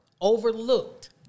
overlooked